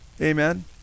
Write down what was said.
amen